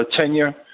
tenure